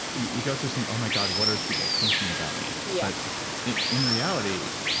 you go through, so oh my god, what are people thinking about me? yeah in in reality,